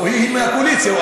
לא, היא מהקואליציה.